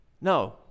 no